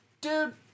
Dude